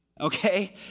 Okay